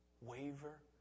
waver